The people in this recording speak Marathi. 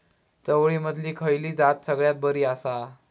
चवळीमधली खयली जात सगळ्यात बरी आसा?